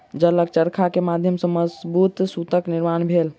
जलक चरखा के माध्यम सॅ मजबूत सूतक निर्माण भेल